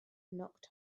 knocked